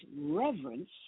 reverence